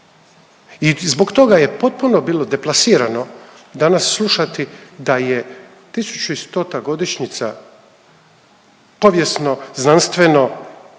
I zbog toga je potpuno bilo deplasirano danas slušati da je 1100 godišnjica povijesno, znanstveno